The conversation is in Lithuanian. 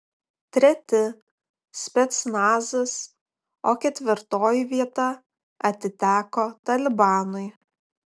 treti specnazas o ketvirtoji vieta atiteko talibanui